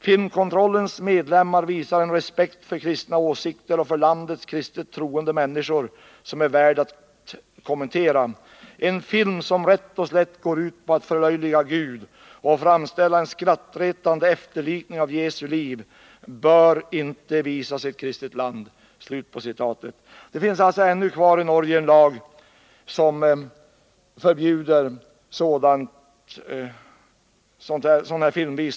Filmkontrollens medlemmar visar en respekt för kristna åsikter och för landets kristet troende människor som är värd att kommentera. En film som rätt och slätt går ut på att förlöjliga Gud och framställa en skrattretande efterlikning av Jesu liv bör inte få visas i ett kristet land.” Norge har alltså fortfarande kvar en lag som förbjuder visning av sådana filmer.